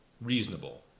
reasonable